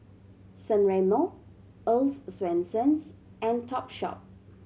San Remo Earl's Swensens and Topshop